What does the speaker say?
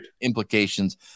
implications